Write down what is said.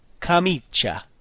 camicia